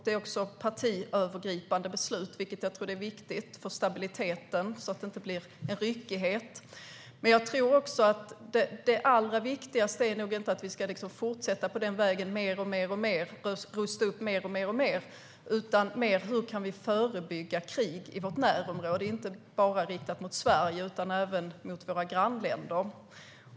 Det är partiövergripande beslut, vilket jag tror är viktigt för stabiliteten så att det inte blir en ryckighet i detta. Men jag tror att det allra viktigaste nog inte är att fortsätta på den vägen och rusta upp alltmer, utan det handlar mer om hur vi kan förebygga krig i vårt närområde, alltså inte bara riktat mot Sverige utan även mot våra grannländer.